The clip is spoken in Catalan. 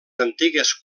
antigues